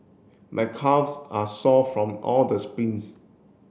my calves are sore from all the sprints